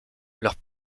leurs